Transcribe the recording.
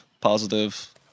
positive